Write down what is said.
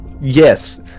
Yes